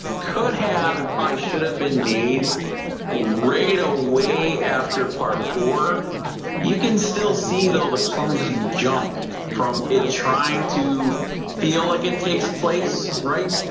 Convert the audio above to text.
could have and price should have been made right away after part four you can still see though the clumsily jump from a trying to feel like it takes place, right?